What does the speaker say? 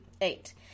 eight